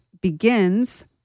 begins